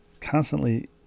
constantly